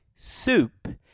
soup